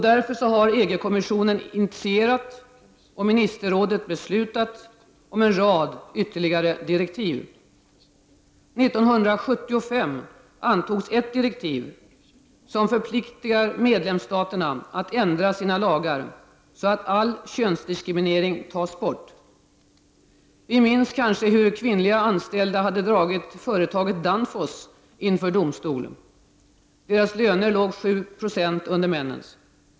Därför har EG-kommissionen initierat och ministerrådet beslutat om en rad ytterligare direktiv. 1975 antogs ett direktiv som förpliktar medlemsstaterna att ändra sina lagar, så att all könsdiskriminering tas bort. Vi minns kanske hur kvinnliga anställda hade dragit företaget Danfoss inför domstol. Deras löner låg 7 Jo un der männens.